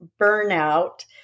burnout